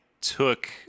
took